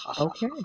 Okay